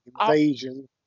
Invasion